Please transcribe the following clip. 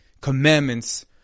commandments